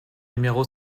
numéro